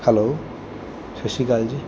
hello ਸਤਿ ਸ਼੍ਰੀ ਅਕਾਲ ਜੀ